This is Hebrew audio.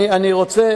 הנוהל